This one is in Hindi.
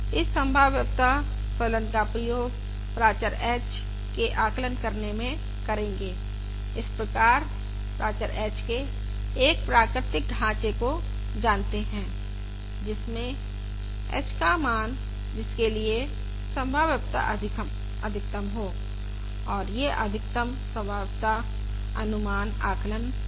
हम संभाव्यता फलन का प्रयोग प्राचर h के आकलन करने में करेंगे और इस प्रकार प्राचर h के एक प्राकृतिक ढांचे को जानते हैं जिसमें h का मान जिसके लिए संभाव्यता अधिकतम हो और यह अधिकतम संभाव्यता अनुमान आकलन कहलाता है